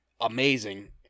Amazing